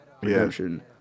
redemption